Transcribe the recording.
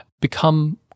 become